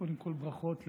קודם כול, ברכות,